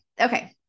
okay